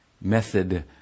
method